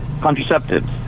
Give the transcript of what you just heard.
contraceptives